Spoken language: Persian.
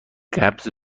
قبض